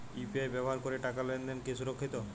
UPI ব্যবহার করে টাকা লেনদেন কি সুরক্ষিত?